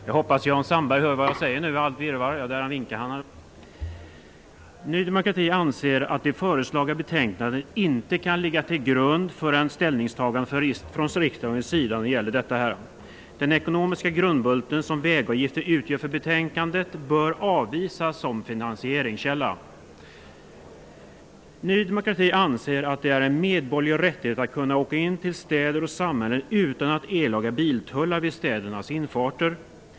Fru talman! Ny demokrati anser att det föreliggande betänkandet inte kan ligga till grund för ett ställningstagande från riksdagens sida. Den ekonomiska grundbult som vägavgifter utgör för betänkandet bör avvisas som finansieringskälla. Ny demokrati anser att det är en medborgerlig rättighet att man kan åka in till städer och samhällen utan att behöva erläggga biltullar vid infarterna.